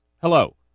Hello